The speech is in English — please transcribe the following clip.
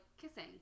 kissing